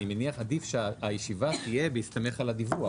עדיף שהישיבה תהיה בהסתמך על הדיווח.